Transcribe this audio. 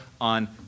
on